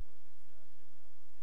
והן כוללות הקצאה של מעל חצי